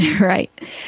Right